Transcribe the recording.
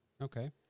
Okay